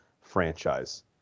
franchise